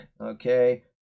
Okay